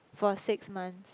for six months